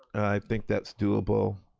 i think that's doable.